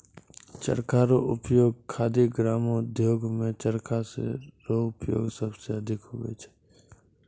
चरखा रो उपयोग खादी ग्रामो उद्योग मे चरखा रो प्रयोग सबसे अधिक हुवै छै